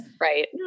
Right